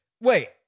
Wait